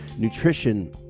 Nutrition